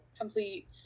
complete